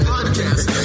Podcast